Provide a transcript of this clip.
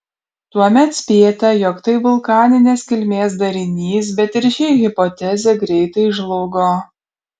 tuomet spėta jog tai vulkaninės kilmės darinys bet ir ši hipotezė greitai žlugo